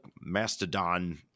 Mastodon